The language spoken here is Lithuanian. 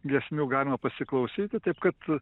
giesmių galima pasiklausyti taip kad